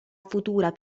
futura